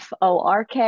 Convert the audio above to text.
Fork